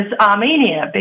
Armenia